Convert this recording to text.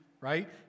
right